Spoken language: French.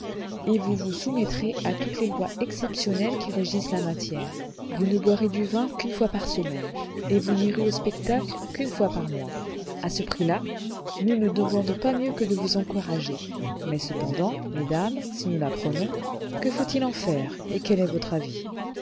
et vous vous soumettrez à toutes les lois exceptionnelles qui régissent la matière vous ne boirez du vin qu'une fois par semaine et vous n'irez au spectacle qu'une fois par mois à ce prix-là nous ne demandons pas mieux que de vous encourager mais cependant mesdames si nous la prenons que faut-il en faire et quel est votre avis